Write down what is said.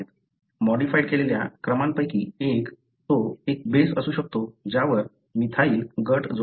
modified केलेल्या क्रमांपैकी एक तो एक बेस असू शकतो ज्यावर मिथाइल गट जोडला जाऊ शकतो